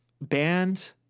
Banned